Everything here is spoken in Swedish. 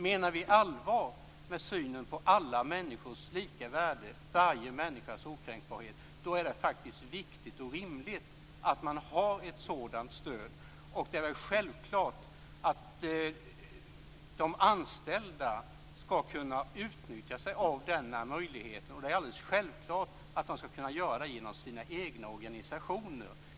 Menar vi allvar med synen på alla människors lika värde, varje människas okränkbarhet, så är det faktiskt viktigt och rimligt att man har ett sådant stöd. Det är väl självklart att de anställda skall kunna utnyttja denna möjlighet, och det är alldeles självklart att de skall kunna göra det genom sina egna organisationer.